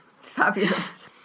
Fabulous